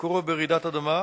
שמקורו ברעידת אדמה.